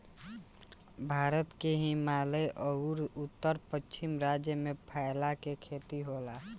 भारत के हिमालय अउर उत्तर पश्चिम राज्य में फैला के खेती होला